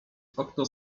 okno